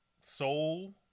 soul